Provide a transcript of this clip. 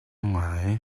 ngai